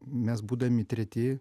mes būdami treti